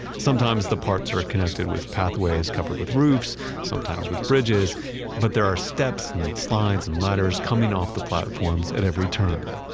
sometimes the parts are connected with pathways covered with roofs sometimes with bridges but there are steps and slides and ladders coming off the platforms at every turn.